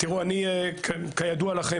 כידוע לכם,